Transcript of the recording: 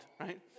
right